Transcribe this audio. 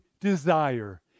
desire